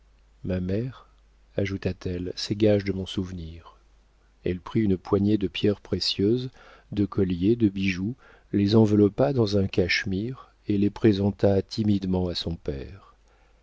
ma mère ajouta-t-elle ces gages de mon souvenir elle prit une poignée de pierres précieuses de colliers de bijoux les enveloppa dans un cachemire et les présenta timidement à son père